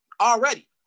already